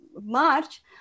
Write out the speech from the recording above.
March